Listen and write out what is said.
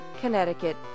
Connecticut